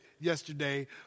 yesterday